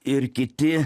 ir kiti